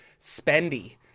spendy